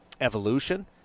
evolution